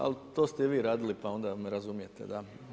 Ali to ste i vi radili, pa onda me razumijete da.